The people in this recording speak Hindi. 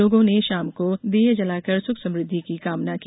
लोगों ने षाम को दीये जलाकर सुख समुद्धि की कामना की